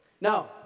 Now